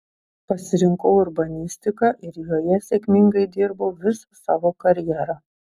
pasirinkau urbanistiką ir joje sėkmingai dirbau visą savo karjerą